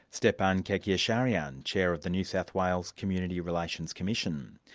stepan kerkyasharian, chair of the new south wales community relations commission.